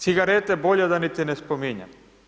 Cigarete bolje da niti ne spominjem.